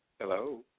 Hello